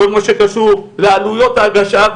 כל מה שקשור לעלויות ההגשה,